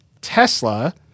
Tesla